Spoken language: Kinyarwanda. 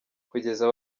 kugeza